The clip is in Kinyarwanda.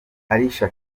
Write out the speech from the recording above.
alicia